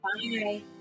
Bye